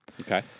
Okay